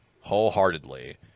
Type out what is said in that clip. wholeheartedly